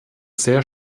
sehr